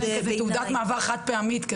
תעודת מעבר חד פעמית.